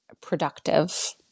productive